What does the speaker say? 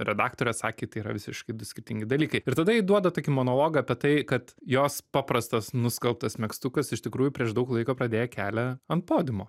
redaktorė atsakė tai yra visiškai du skirtingi dalykai ir tada ji duoda tokį monologą apie tai kad jos paprastas nuskalbtas megztukas iš tikrųjų prieš daug laiko pradėjo kelią ant podiumo